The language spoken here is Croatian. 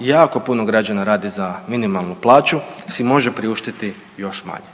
jako puno građana radi za minimalnu plaću si može priuštiti još manje.